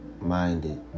minded